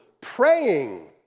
praying